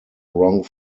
wrong